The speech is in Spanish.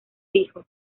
hijo